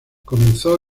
comenzó